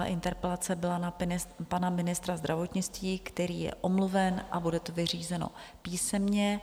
Interpelace byla na pana ministra zdravotnictví, který je omluven, a bude to vyřízeno písemně.